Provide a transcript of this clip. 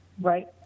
right